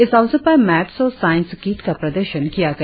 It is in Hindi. इस अवसर पर मैथ्स और साइंस किट का प्रदर्शन किया गया